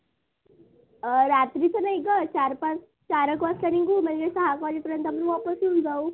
रात्रीचं नाही गं चार पाच चार एक वाजता निघू म्हणजे सहा एक वाजेपर्यंत आपण वापस येऊन जाऊ